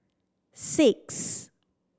six